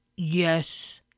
Yes